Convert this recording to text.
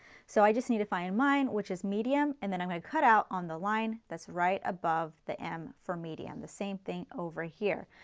so, i just need to find mine which is medium and then i may cut out on the line that's right above the m for medium, the same thing over here.